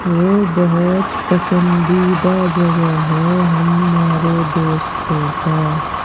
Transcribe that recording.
وہ بہت پسندیدہ جگہ ہے ہمارے دوستوں کا